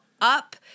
up